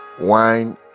wine